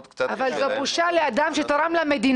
תתבייש לך,